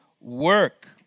work